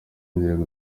inzego